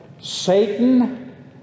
Satan